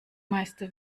meiste